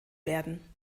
werden